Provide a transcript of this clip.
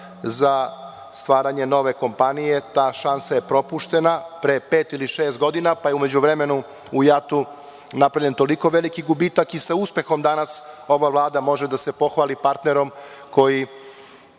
za stvaranje nove kompanije. Ta šansa je propuštena pre pet ili šest godina. U međuvremenu je u JAT-u napravljen toliko veliki gubitak i sa uspehom danas ova Vlada može da se pohvali partnerom koji